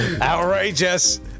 Outrageous